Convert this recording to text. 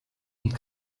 und